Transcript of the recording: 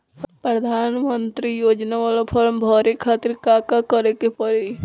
प्रधानमंत्री योजना बाला फर्म बड़े खाति का का करे के पड़ी?